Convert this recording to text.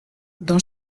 dans